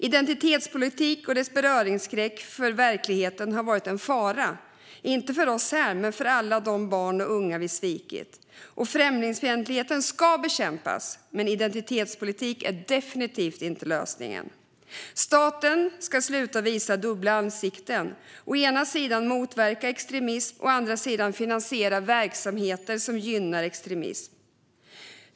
Identitetspolitik och dess beröringsskräck för verkligheten har varit en fara, inte för oss här men för alla de barn och unga vi svikit. Främlingsfientlighet ska bekämpas, men identitetspolitik är definitivt inte lösningen. Staten måste sluta visa dubbla ansikten: å ena sidan motverka extremism, å andra sidan finansiera verksamheter som gynnar extremismen.